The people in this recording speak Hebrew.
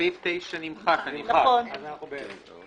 סעיף 9, נמחק, אני מבין.